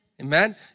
Amen